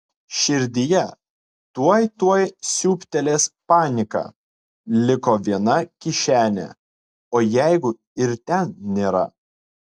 širdyje tuoj tuoj siūbtelės panika liko viena kišenė o jeigu ir ten nėra